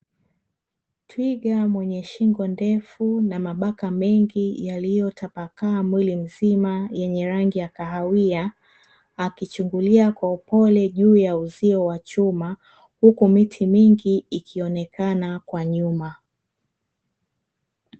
Twiga mwenye shingo ndefu na mabaka mengi yaliyotapakaa mwili mzima yenye rangi ya kahawia, akichungulia kwa upole juu ya uzio wa chuma, huku miti mingi ikionekana kwa nyuma.